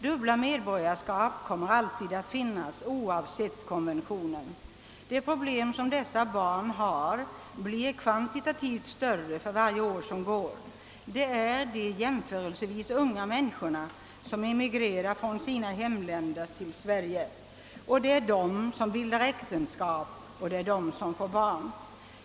Dubbla medborgarskap kommer alltid att finnas, oavsett konventionen. De problem som dessa barn har blir kvantitativt större för varje år som går. Det är de jämförelsevis unga människorna som emigrerar från sina hemländer till Sverige som ingår äktenskap och det är de som får barn.